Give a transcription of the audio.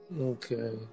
Okay